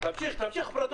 תני לו לסיים רגע.